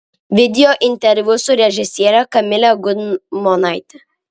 video interviu su režisiere kamile gudmonaite